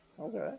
Okay